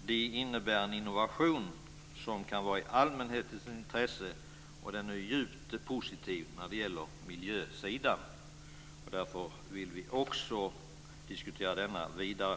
Det skulle innebära en innovation som kan vara i allmänhetens intresse, och det är djupt positivt när det gäller miljösidan. Därför vill vi diskutera detta vidare.